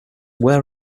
were